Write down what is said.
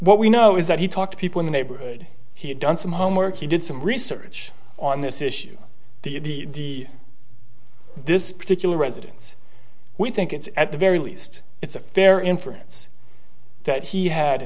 what we know is that he talked to people in the neighborhood he had done some homework he did some research on this issue the this particular residence we think it's at the very least it's a fair inference that he had